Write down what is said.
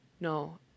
no